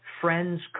friends